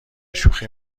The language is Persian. شوخی